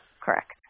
Correct